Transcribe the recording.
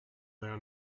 their